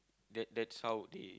that that's how they